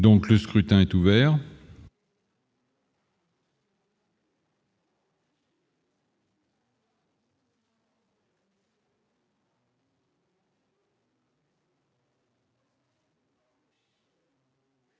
Donc, le scrutin est ouvert.